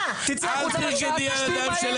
תצאי החוצה תשתי מים,